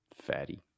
Fatty